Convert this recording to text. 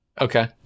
Okay